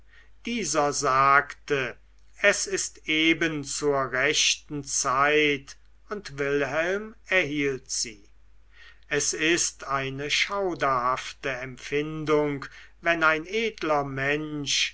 dieser sagte es ist eben zur rechten zeit und wilhelm erhielt sie es ist eine schauderhafte empfindung wenn ein edler mensch